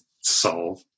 solve